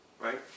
right